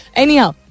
anyhow